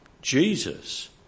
Jesus